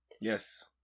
Yes